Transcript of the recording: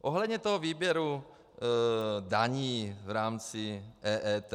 Ohledně toho výběru daní v rámci EET.